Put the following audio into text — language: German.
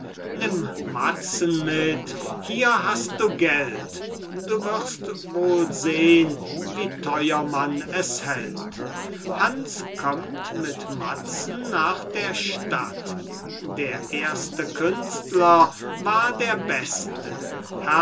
nimm matzen mit hier hast du geld du wirst wohl sehn wie teuer man es hält hans kömmt mit matzen nach der stadt der erste künstler war der beste